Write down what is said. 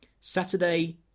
Saturday